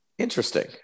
interesting